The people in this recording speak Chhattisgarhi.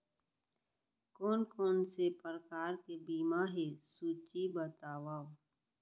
कोन कोन से प्रकार के बीमा हे सूची बतावव?